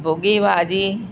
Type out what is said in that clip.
भुॻी भाॼी